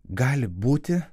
gali būti